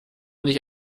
nicht